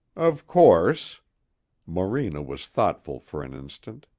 of course morena was thoughtful for an instant.